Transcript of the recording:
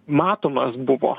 matomas buvo